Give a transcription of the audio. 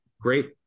great